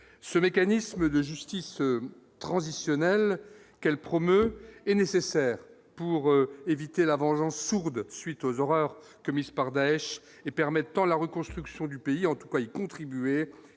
ce mécanisme de justice transitionnelle qu'elle promeut est nécessaire pour éviter la vengeance ou de suite aux horreurs commises par Daech et permettant la reconstruction du pays, en tout cas y contribuer